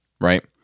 right